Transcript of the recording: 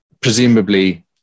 presumably